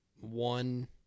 one